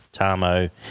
Tamo